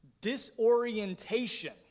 disorientation